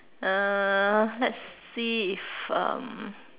uh let's see if um